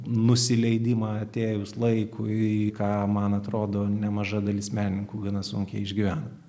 nusileidimą atėjus laikui ką man atrodo nemaža dalis menininkų gana sunkiai išgyvena